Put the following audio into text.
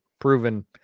proven